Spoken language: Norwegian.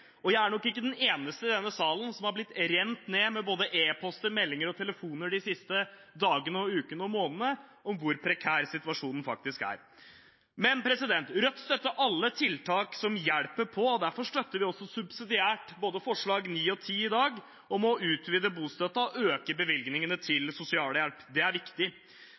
Jeg er nok ikke den eneste i denne salen som er blitt rent ned med både e-poster, meldinger og telefoner de siste dagene, ukene og månedene om hvor prekær situasjonen faktisk er. Rødt støtter alle tiltak som hjelper på. Derfor støtter vi også subsidiært både forslagene nr. 9 og 10 i dag, om å utvide bostøtten og øke bevilgningene til sosialhjelp. Det er viktig.